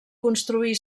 construí